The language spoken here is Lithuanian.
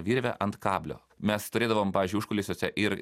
virvę ant kablio mes turėdavom pavyzdžiui užkulisiuose ir